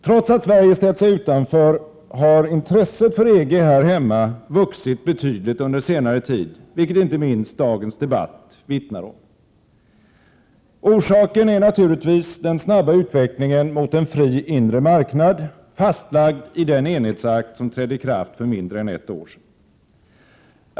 Trots att Sverige ställt sig utanför, har intresset för EG här hemma vuxit betydligt under senare tid, vilket inte minst dagens debatt vittnar om. Orsaken är naturligtvis den snabba utvecklingen mot en fri inre marknad, fastlagd i den enhetsakt som trädde i kraft för mindre än ett år sedan.